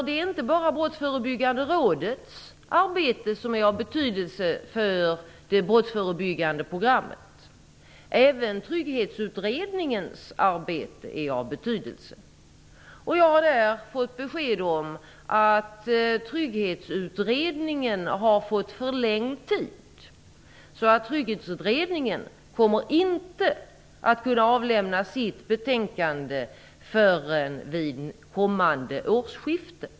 Det är inte bara Brottsförebyggande rådets arbete som är av betydelse för det brottsförebyggande programmet. Även Trygghetsutredningens arbete är av betydelse. Jag har fått besked om att Trygghetsutredningen har fått förlängd tid, så att Trygghetsutredningen inte kommer att kunna avlämna sitt betänkande förrän vid kommande årsskifte.